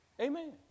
Amen